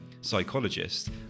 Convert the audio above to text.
psychologist